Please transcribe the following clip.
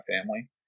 family